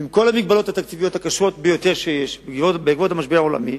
ועם כל המגבלות התקציביות הקשות ביותר שיש בעקבות המשבר העולמי,